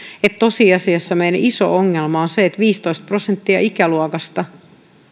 että tosiasiassa meidän iso ongelma on se että viisitoista prosenttia ikäluokasta